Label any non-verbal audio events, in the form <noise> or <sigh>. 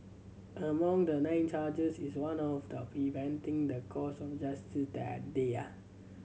among the nine charges is one of the preventing the course of justice that day <unintelligible>